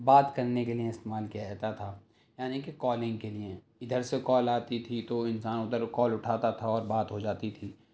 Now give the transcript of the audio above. بات کرنے کے لیے استعمال کیا جاتا تھا یعنی کہ کالنگ کے لیے ادھر سے کال آتی تھی تو انسان ادھر کال اٹھاتا تھا اور بات ہو جاتی تھی